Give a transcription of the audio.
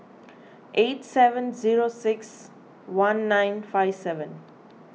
eight seven zero six one nine five seven